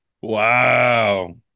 Wow